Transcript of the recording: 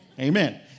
Amen